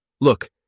Look